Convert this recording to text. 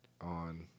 on